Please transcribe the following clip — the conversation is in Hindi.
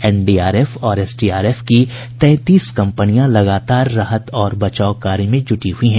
एनडीआरएफ और एसडीआरएफ की तैंतीस कंपनियां लगातार राहत और बचाव कार्य में जुटी हुई हैं